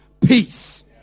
peace